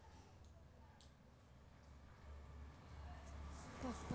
ನನ್ನ ಅಡಿಕೆ ಬೆಳೆಯ ಗುಣಮಟ್ಟ ಸರಿಯಾಗಿ ಇದೆಯಾ ಅಂತ ಹೇಗೆ ತಿಳಿದುಕೊಳ್ಳುವುದು?